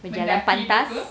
berjalan pantas